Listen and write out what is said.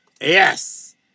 Yes